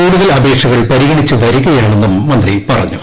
കൂടുതൽ അപേക്ഷകൾ പരിഗണിച്ച് വരികയണെന്നും മന്ത്രി പറഞ്ഞു